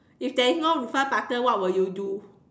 if there is no refund button what will you do